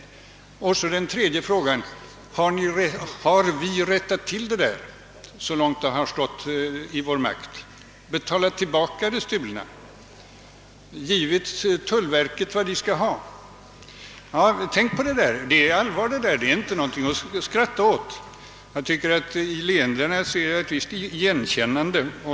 Har vi rättat till det där, så långt det står i vår makt — betalat tillbaka det stulna och givit tullverket vad det skall ha? Tänk noga efter — det är allvar och ingenting att skratta åt. Jag tycker mig också i leendena se ett visst igenkännande.